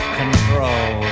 control